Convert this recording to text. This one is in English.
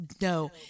no